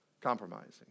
compromising